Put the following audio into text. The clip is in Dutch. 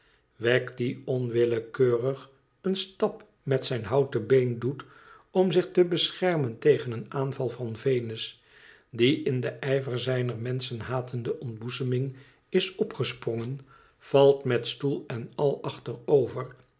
wegg die onwillekeurig een stap met zijn houten been doet om zich te beschermen tegen een aanval van venus die in den ijver zijner menschenhatende ontboezeming is opgesprongen valt met stoel en al achterover